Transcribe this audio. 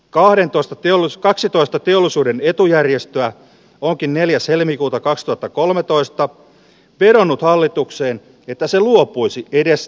kahdentoista tilus kaksitoista teollisuuden etujärjestö onkin neljäs helmikuuta kaksituhattakolmetoista piranut hallituksen että se luopuisi edes